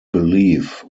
believe